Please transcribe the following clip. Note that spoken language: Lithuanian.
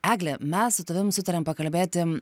egle mes su tavim sutarėm pakalbėti